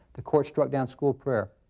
the court struck down school prayer.